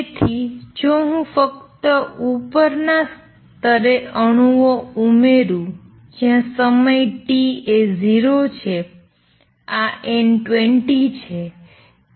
તેથી જો હું ફક્ત ઉપરના સ્તરે અણુઓ ઉમેરું જ્યાં સમય t એ 0 છે આ N20 છે